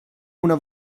una